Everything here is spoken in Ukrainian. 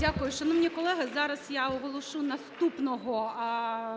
Дякую. Шановні колеги, зараз я оголошу наступного